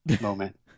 moment